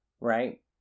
right